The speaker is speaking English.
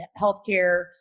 healthcare